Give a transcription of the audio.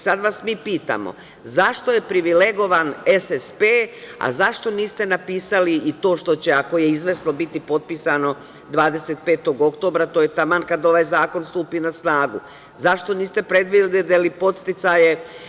Sad vas mi pitamo, zašto je privilegovan SSP, a zašto niste napisali i to što će, ako je izvesno biti potpisano 25. oktobra, to je taman kad ovaj zakon stupi na snagu, zašto niste predvideli podsticaje?